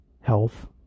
health